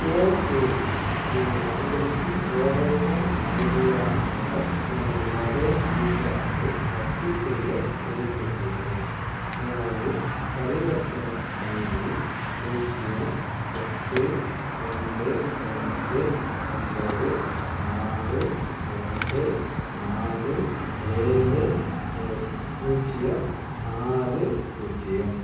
PhonePe ஐப் பயன்படுத்தி Vodafone Idea மூலம் எனது மொபைல் ரீசார்ஜை ரத்து செய்ய விரும்புகின்றேன் எனது பரிவர்த்தனை ஐடி பூஜ்ஜியம் எட்டு ரெண்டு ரெண்டு ஒன்பது நாலு ரெண்டு நாலு ஏழு பூஜ்ஜியம் ஆறு பூஜ்ஜியம்